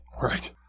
Right